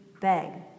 beg